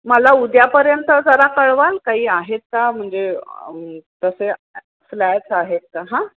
मला उद्यापर्यंत जरा कळवाल काही आहेत का म्हणजे तसे फ्लॅट्स आहेत का हां